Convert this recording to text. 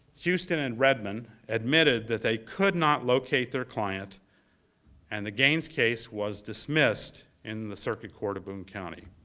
houston and redmond admitted that they could not locate their client and the gaines case was dismissed in the circuit court of boone county.